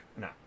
no